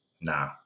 nah